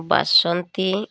Basanti